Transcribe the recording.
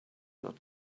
not